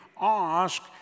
ask